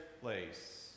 place